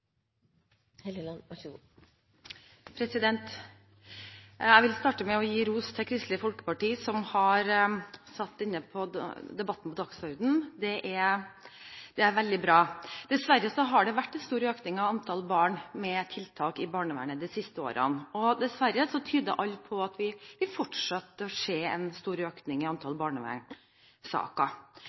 vil starte med å gi ros til Kristelig Folkeparti, som har satt denne debatten på dagsordenen. Det er veldig bra. Dessverre har det vært en stor økning i antall barn under tiltak i barnevernet de siste årene. Dessverre tyder alt på at vi fortsatt vil se en stor økning i